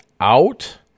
out